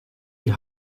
die